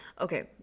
Okay